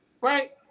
Right